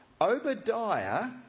Obadiah